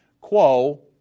quo